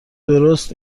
درست